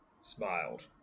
smiled